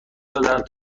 دادهاند